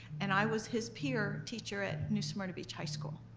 and i was his peer teacher at new smyrna beach high school.